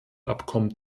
abkommen